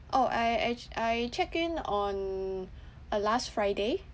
orh I act~ I checked in on uh last friday